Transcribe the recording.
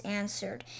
answered